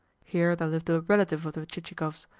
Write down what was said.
here there lived a relative of the chichikovs,